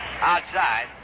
outside